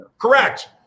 Correct